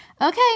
Okay